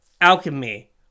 alchemy